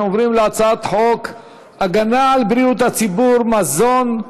אנחנו עוברים להצעת חוק הגנה על בריאות הציבור (מזון)